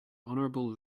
honorable